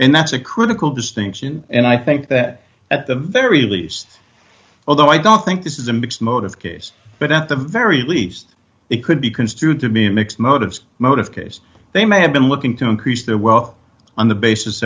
and that's a critical distinction and i think that at the very least although i don't think this is a mixed motive case but at the very least it could be construed to be a mixed motives motive case they may have been looking to increase their wealth on the basis